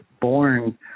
born